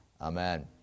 Amen